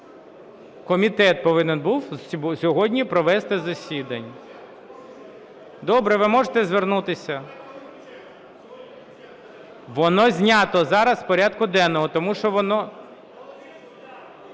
Комітет повинен був сьогодні провести засідання. Добре, ви можете звернутися. (Шум у залі) Воно знято зараз з порядку денного, тому що воно…